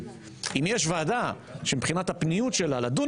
אם יש ועדה שמבחינת הפניות שלה לדון